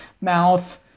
mouth